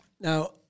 Now